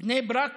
בני ברק,